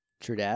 True